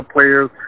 players